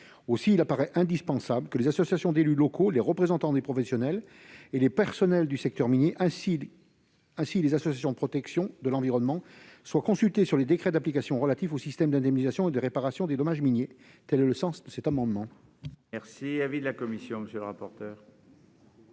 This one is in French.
Aussi, il paraît indispensable que les associations d'élus locaux, les représentants des professionnels et du personnel du secteur minier ainsi que les associations de protection de l'environnement soient consultés sur les décrets d'application relatifs au système d'indemnisation et de réparation des dommages miniers. Quel est l'avis de la commission